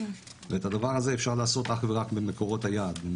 ואת הדבר הזה אפשר לעשות אך ורק במדינות היעד.